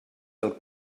del